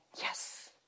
Yes